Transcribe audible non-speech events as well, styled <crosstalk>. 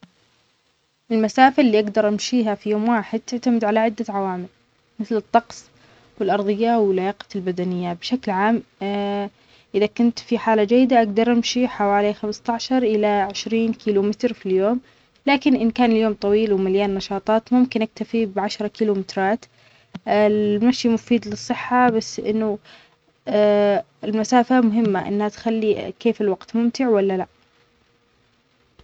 المسافة اللي اجدر امشيها في يوم واحد تعتمد على عدة عوامل مثل الطقس والارظية ولياقتي البدنية بشكل عام <hesitation> إذا كنت في حالة جيدة اجدر امشي حوالي خمسة عشر الى عشرين كيلو متر في اليوم لكن ان كان اليوم طويل ومليان نشاطات ممكن اكتفي بعشرة كيلو مترات <hesitation> المشي مفيد للصحة بس انه <hesitation> المسافة مهمة انها تخلي كيف الوقت ممتع ولا لا.